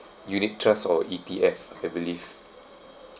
unit trust or E_T_F I believe